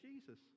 Jesus